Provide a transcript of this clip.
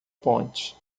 ponte